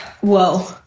whoa